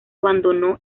abandonó